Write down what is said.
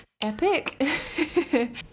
epic